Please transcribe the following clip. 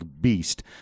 beast